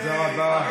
תודה רבה.